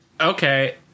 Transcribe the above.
Okay